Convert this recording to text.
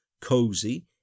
Cozy